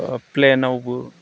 प्लेनावबो